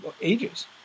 ages